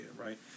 right